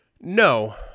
No